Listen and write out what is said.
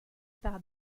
par